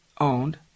owned